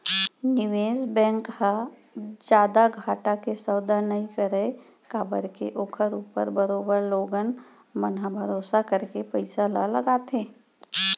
निवेस बेंक ह जादा घाटा के सौदा नई करय काबर के ओखर ऊपर बरोबर लोगन मन ह भरोसा करके पइसा ल लगाथे